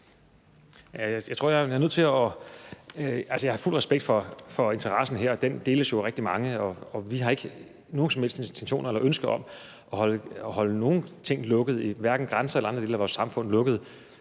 Jeg har fuld respekt for interessen her, og den deles jo af rigtig mange, og vi har ikke nogen intentioner eller nogen ønsker om at holde nogen ting lukket, hverken vores grænser eller andre dele af vores samfund, længere